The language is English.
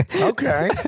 Okay